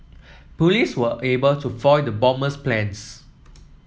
police were able to foil the bomber's plans